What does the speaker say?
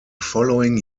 following